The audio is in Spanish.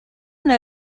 una